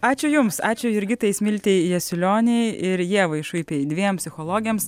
ačiū jums ačiū jurgitai smiltei jasiulionei ir ievai šuipei dviem psichologėms